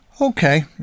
Okay